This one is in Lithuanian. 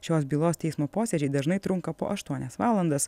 šios bylos teismo posėdžiai dažnai trunka po aštuonias valandas